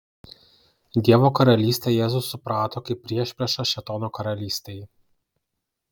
dievo karalystę jėzus suprato kaip priešpriešą šėtono karalystei